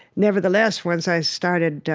nevertheless, once i started